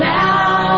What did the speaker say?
now